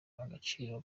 agaciro